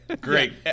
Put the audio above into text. Great